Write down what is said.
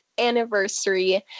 Anniversary